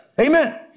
Amen